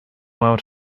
out